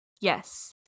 Yes